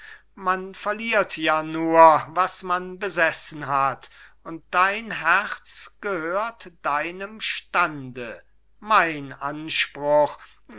man verliert ja nur was man besessen hat und dein herz gehört deinem stande mein anspruch